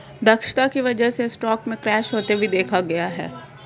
दक्षता की वजह से स्टॉक में क्रैश होते भी देखा गया है